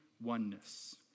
oneness